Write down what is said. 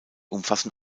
umfassen